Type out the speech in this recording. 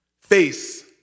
Face